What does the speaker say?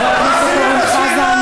חבר הכנסת אורן חזן.